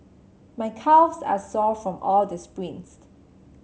my calves are sore from all the sprints